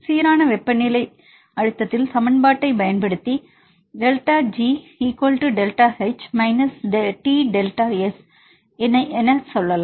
சீரான வெப்பநிலை அழுத்தத்தில் சமன்பாட்டைப் பயன்படுத்தி delta G delta H minus T delta S delta Gdelta H T delta S இதை காணலாம்